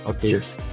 Cheers